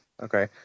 okay